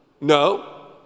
no